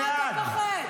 למה אתה פוחד?